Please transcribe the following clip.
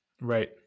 Right